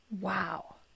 Wow